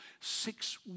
Six